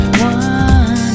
one